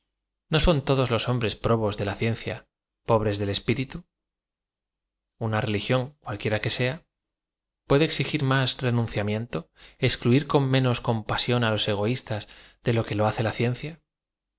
no son todos los hombres probos de la ciencia pobres espiritu una religión cualquiera que sea p u e exigir más renunciamiento excluir con menos coní prisión á los egoístas de lo que lo hace la ciencia